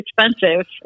expensive